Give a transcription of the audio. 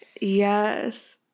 Yes